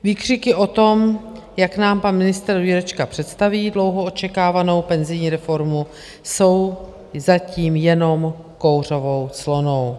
Výkřiky o tom, jak nám pan ministr Jurečka představí dlouho očekávanou penzijní reformu, jsou zatím jenom kouřovou clonou.